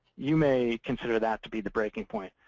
you may consider that to be the breaking point.